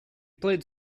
played